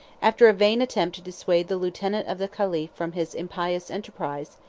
after a vain attempt to dissuade the lieutenant of the caliph from his impious enterprise,